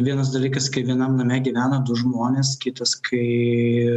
vienas dalykas kai vienam name gyvena du žmonės kitas kai